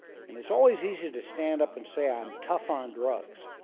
and it's always easy to stand up and say i'm tough on drugs